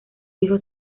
hijo